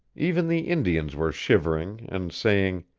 even the indians were shivering and saying,